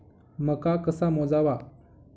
मका कसा मोजावा?